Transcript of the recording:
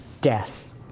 death